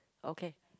okay